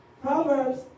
Proverbs